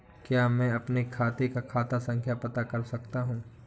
क्या मैं अपने खाते का खाता संख्या पता कर सकता हूँ?